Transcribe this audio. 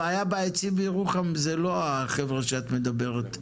הבעיה בעצים בירוחם זה לא החבר'ה שאת מדברת,